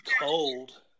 cold